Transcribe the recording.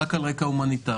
רק על רקע הומניטרי,